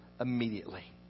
immediately